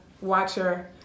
watcher